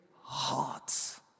hearts